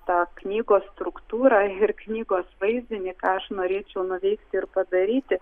tą knygos struktūrą ir knygos vaizdinį ką aš norėčiau nuveikti ir padaryti